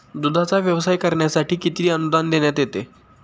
दूधाचा व्यवसाय करण्यासाठी किती अनुदान देण्यात येते?